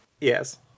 Yes